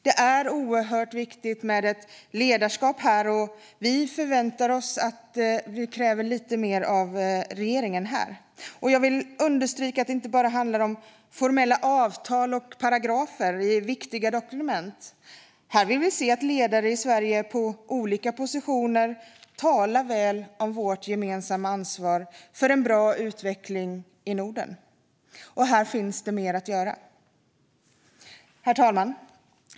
Det är oerhört viktigt med ledarskap, och vi kräver lite mer av regeringen här. Jag vill understryka att det inte bara handlar om formella avtal och paragrafer i viktiga dokument. Här vill vi se ledare i Sverige på olika positioner tala väl om vårt gemensamma ansvar för en bra utveckling i Norden. Här finns det mer att göra. Herr talman!